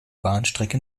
bahnstrecke